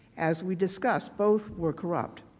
as we discussed both were corrupt.